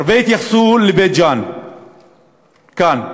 הרבה התייחסו לבית-ג'ן כאן,